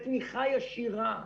בתמיכה ישירה.